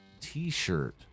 t-shirt